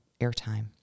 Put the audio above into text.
airtime